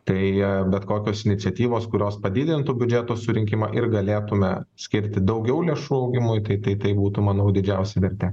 tai bet kokios iniciatyvos kurios padidintų biudžeto surinkimą ir galėtume skirti daugiau lėšų augimui tai tai tai būtų manau didžiausia vertė